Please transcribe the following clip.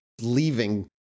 leaving